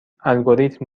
الگوریتم